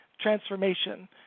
transformation